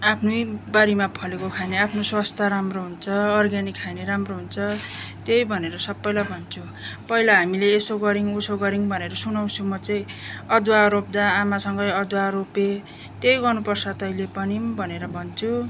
आफ्नै बारीमा फलेको खायो भने आफ्नो स्वास्थ्य राम्रो हुन्छ अर्ग्यानिक खायो भने राम्रो हुन्छ त्यही भनेर सबैलाई भन्छु पहिला हामीले यसो गऱ्यौँ उसो गऱ्यौँ भनेर सुनाउँछु म चाहिँ अदुवा रोप्दा आमासँगै अदुवा रोपे त्यही गर्नुपर्छ तैँले पनि भनेर भन्छु